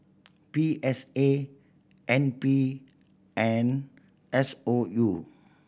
P S A N P and S O U